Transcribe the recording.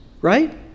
right